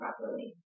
properly